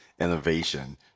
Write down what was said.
innovation